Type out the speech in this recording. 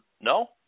No